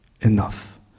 enough